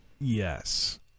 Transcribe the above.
yes